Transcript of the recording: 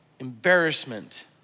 embarrassment